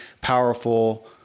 powerful